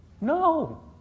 No